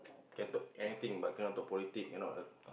can talk about anything but cannot talk politic can not